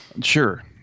sure